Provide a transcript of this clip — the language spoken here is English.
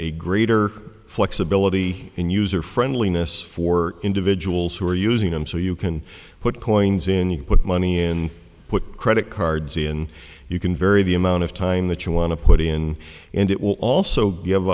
a greater flexibility in user friendliness for individuals who are using them so you can put coins in put money in put credit cards ian you can vary the amount of time that you wanna put in and it will also give